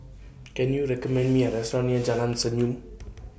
Can YOU recommend Me A Restaurant near Jalan Senyum